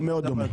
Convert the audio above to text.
זה מאוד דומה.